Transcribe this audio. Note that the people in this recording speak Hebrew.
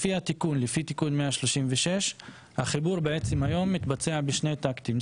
לפי תיקון 136 החיבור בעצם היום מתבצע בשני טקטים.